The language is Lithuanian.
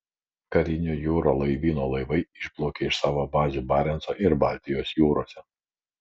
karinio jūrų laivyno laivai išplaukė iš savo bazių barenco ir baltijos jūrose